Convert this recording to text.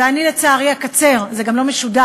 ואני לצערי, אקצר, זה גם לא משודר,